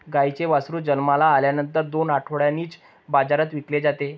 गाईचे वासरू जन्माला आल्यानंतर दोन आठवड्यांनीच बाजारात विकले जाते